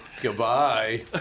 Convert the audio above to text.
Goodbye